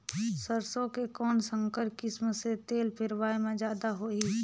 सरसो के कौन संकर किसम मे तेल पेरावाय म जादा होही?